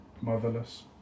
Motherless